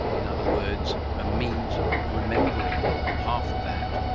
in other words, a means of remembering half of that.